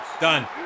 Done